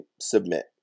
submit